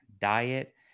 diet